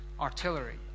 artillery